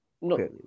no